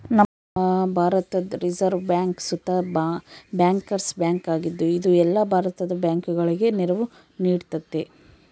ನಮ್ಮ ಭಾರತುದ್ reserve bank ಸುತ ಬ್ಯಾಂಕರ್ಸ್ ಬ್ಯಾಂಕ್ ಆಗಿದ್ದು, ಇದು ಎಲ್ಲ ಭಾರತದ ಬ್ಯಾಂಕುಗುಳಗೆ ನೆರವು ನೀಡ್ತತೆ